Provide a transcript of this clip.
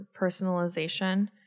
personalization